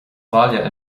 bhaile